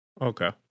Okay